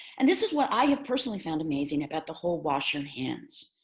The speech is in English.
and this is what i have personally found amazing about the whole wash your hands